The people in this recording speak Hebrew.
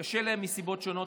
קשה להם מסיבות שונות,